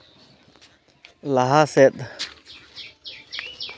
ᱞᱟᱦᱟ ᱥᱮᱫ